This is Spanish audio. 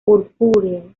purpúreo